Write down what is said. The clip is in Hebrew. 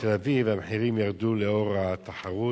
בתל-אביב המחירים ירדו לאור התחרות.